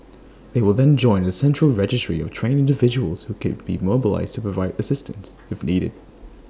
they will then join A central registry of trained individuals who can be mobilised to provide assistance if needed